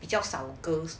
比较少 girls